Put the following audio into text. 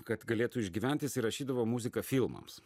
kad galėtų išgyvent jisai rašydavo muziką filmams